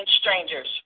strangers